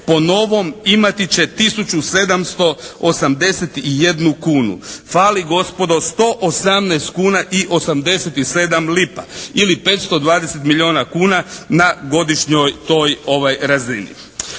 po novom imati će tisuću 781 kunu. Fali gospodo 118 kuna i 87 lipa ili 520 milijuna kuna na godišnjoj toj razini.